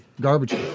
Garbage